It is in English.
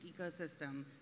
ecosystem